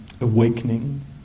awakening